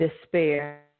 despair